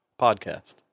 podcast